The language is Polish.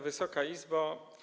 Wysoka Izbo!